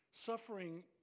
suffering